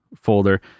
folder